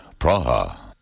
Praha